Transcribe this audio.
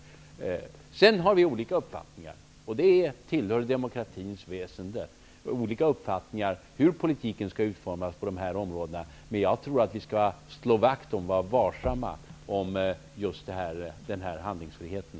Sedan har vi olika uppfattningar, och det tillhör demokratins väsen, om hur politiken skall utformas på de här områdena. Jag tror att vi skall slå vakt om och vara varsamma om just den handlingsfriheten.